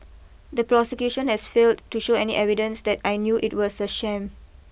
the prosecution has failed to show any evidence that I knew it was a sham